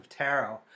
tarot